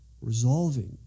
resolving